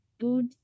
Good